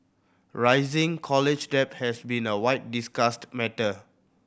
rising college debt has been a widely discussed matter